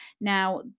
Now